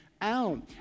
out